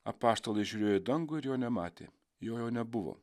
apaštalai žiūrėjo į dangų ir jo nematė jo jau nebuvo